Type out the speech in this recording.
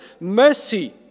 mercy